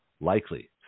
likely